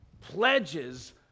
pledges